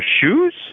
shoes